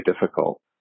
difficult